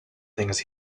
things